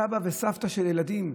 סבא וסבתא של ילדים,